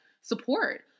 support